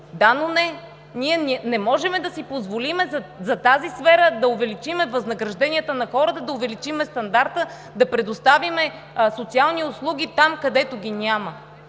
Да, но не! Ние не можем да си позволим за тази сфера да увеличим възнагражденията на хората, да увеличим стандарта, да предоставим социални услуги там, където ги няма.